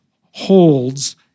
holds